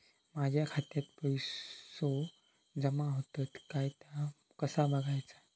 माझ्या खात्यात पैसो जमा होतत काय ता कसा बगायचा?